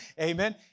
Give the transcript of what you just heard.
Amen